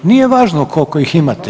Nije važno koliko ih imate.